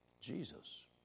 Jesus